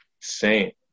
saint